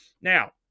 Now